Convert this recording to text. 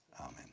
Amen